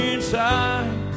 Inside